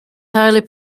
highly